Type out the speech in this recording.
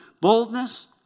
boldness